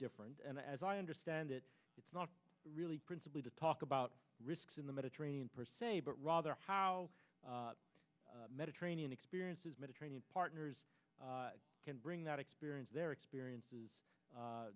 different and as i understand it it's not really principally to talk about risks in the mediterranean per se but rather how mediterranean experiences mediterranean partners can bring that experience their experiences